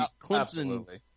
Clemson